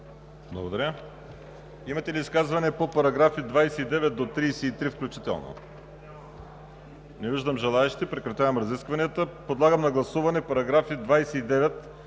Благодаря. Имате ли изказвания по параграфи от 29 до 33 включително? Не виждам желаещи. Прекратявам разискванията. Подлагам на гласуване § 29, който